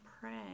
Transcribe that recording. pray